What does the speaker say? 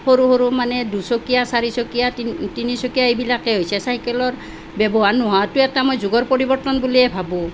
সৰু সৰু মানে দুচকীয়া চাৰিচকীয়া তিনি তিনিচকীয়া এইবিলাকে হৈছে চাইকেলৰ ব্যৱহাৰ নোহোৱাটোৱে এটা মই যুগৰ পৰিৱৰ্তন বুলিয়েই ভাবোঁ